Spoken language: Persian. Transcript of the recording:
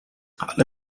حالا